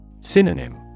Synonym